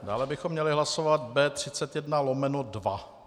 Dále bychom měli hlasovat B31/2.